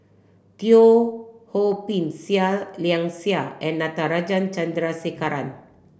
Teo Ho Pin Seah Liang Seah and Natarajan Chandrasekaran